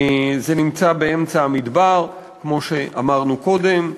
זה נמצא באמצע המדבר, כמו שאמרנו קודם,